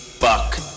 buck